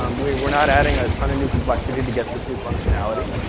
um we're we're not adding a ton of new complexity to get this new functionality.